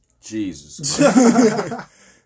Jesus